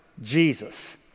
Jesus